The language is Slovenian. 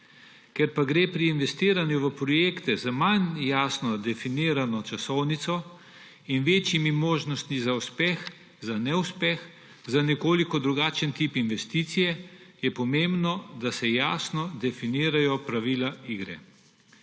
Ker pa gre pri investiranju v projekte z manj jasno definirano časovnico in večjimi možnostmi za neuspeh, za nekoliko drugačen tip investicije, je pomembno, da se jasno definirajo pravila igre.